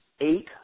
eight